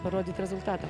parodyt rezultatą